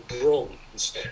bronze